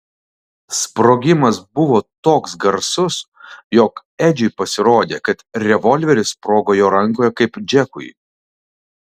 sprogimas buvo toks garsus jog edžiui pasirodė kad revolveris sprogo jo rankoje kaip džekui